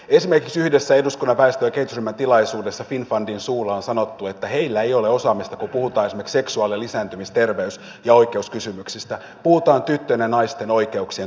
esimerkiksi yhdessä eduskunnan väestö ja kehitysryhmän tilaisuudessa finnfundin suulla on sanottu että heillä ei ole osaamista kun puhutaan esimerkiksi seksuaali ja lisääntymisterveys ja oikeuskysymyksistä puhutaan tyttöjen ja naisten oikeuksien toteutumisesta